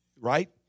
Right